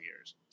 years